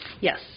Yes